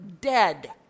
dead